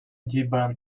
debone